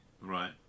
right